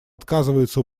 отказывается